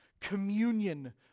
Communion